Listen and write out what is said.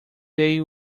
they